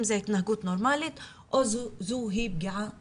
אם זו התנהגות נורמלית או שזו פגיעה מינית.